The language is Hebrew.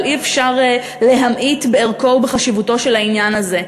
אבל אי-אפשר להמעיט בערכו ובחשיבותו של העניין הזה.